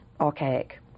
Archaic